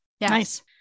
Nice